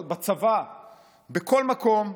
בצבא ובכל מקום,